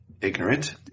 Ignorant